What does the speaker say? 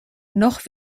noch